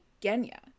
Genya